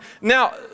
Now